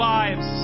lives